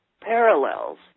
parallels